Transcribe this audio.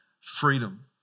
freedom